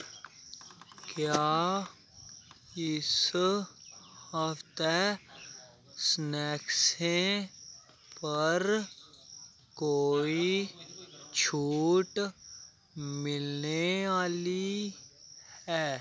क्या इस हफ्तै स्नैक्सें पर कोई छूट मिलने आह्ली है